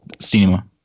cinema